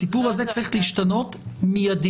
הסיפור הזה צריך להשתנות מיידית.